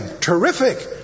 Terrific